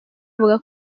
avuga